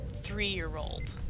three-year-old